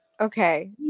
Okay